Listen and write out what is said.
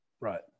Right